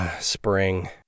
spring